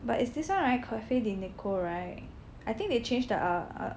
but it's this one right Cafe de Nicole right I think they change the uh uh